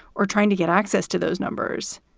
or trying to get access to those numbers